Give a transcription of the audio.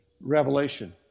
Revelation